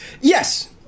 Yes